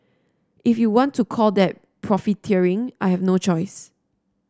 if you want to call that profiteering I have no choice